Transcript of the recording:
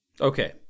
Okay